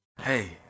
Hey